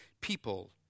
people